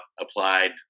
applied